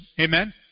Amen